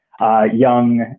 Young